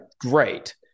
great